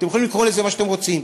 אתם יכולים לקרוא לזה מה שאתם רוצים,